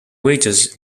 wages